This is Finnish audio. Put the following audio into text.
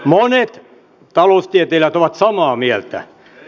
monet taloustieteilijät ovat samaa mieltä